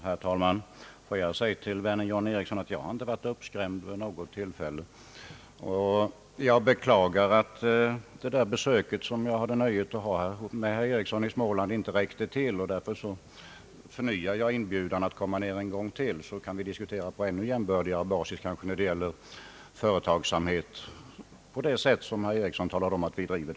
Herr talman! Låt mig säga till vännen John Ericsson att jag inte vid något tillfälle varit uppskrämd. Jag beklagar att det besök i Småland av herr Ericsson som jag fick nöjet av inte räckte till. Därför vill jag rikta en förnyad inbjudan till honom att komma ner en gång till, så att vi kan diskutera på mera jämbördig basis när det gäller den företagsamhet som vi enligt herr Ericsson bedriver så framgångsrikt.